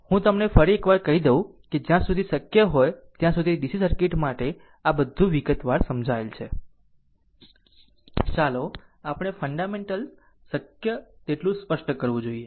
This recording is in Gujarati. હું તમને ફરી એકવાર કહી દઉં કે જ્યાં સુધી શક્ય હોય ત્યાં સુધી DC સર્કિટ માટે બધું વિગતવાર સમજાવાયેલ છે ચાલો આપણે ફન્ડામેન્ટલ શક્ય તેટલું સ્પષ્ટ કરવું જોઈએ